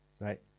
right